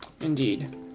Indeed